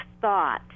thought